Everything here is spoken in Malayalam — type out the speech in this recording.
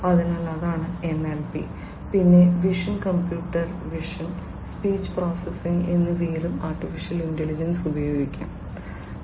അതിനാൽ അതാണ് എൻഎൽപി പിന്നെ vision computer vision speech processing എന്നിവയിലും AI ഉപയോഗം കണ്ടെത്തി